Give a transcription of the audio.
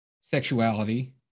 sexuality